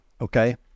okay